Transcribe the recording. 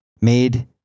made